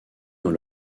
dans